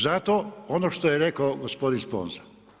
Zato ono što je rekao gospodin Sponza.